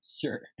Sure